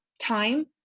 time